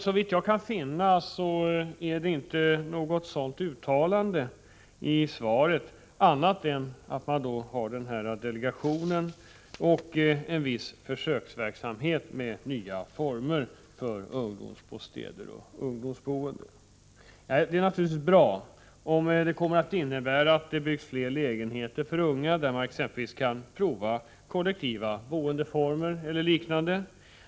Såvitt jag kan finna är det inget sådant uttalande i svaret annat än att det finns en arbetsgrupp och en viss försöksverksamhet med nya former för ungdomsbostäder och ungdomsboende. Det är naturligtvis bra om det kommer att innebära att det byggs fler lägenheter för unga där de kan pröva kollektiva boendeformer och liknande.